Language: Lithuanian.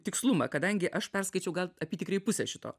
tikslumą kadangi aš perskaičiau gal apytikriai pusę šito